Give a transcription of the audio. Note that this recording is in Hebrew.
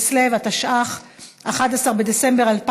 הצעת חוק הרשות הלאומית לבטיחות בדרכים (הוראת שעה) (תיקון מס' 2)